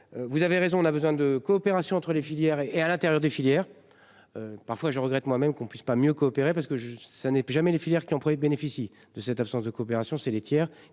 Vous avez raison, on a besoin de coopération entre les filières et et à l'intérieur des filières. Parfois je regrette moi-même qu'on puisse pas mieux coopérer parce que ça n'est jamais les filières qui ont prévu bénéficient de cette absence de coopération, c'est les tiers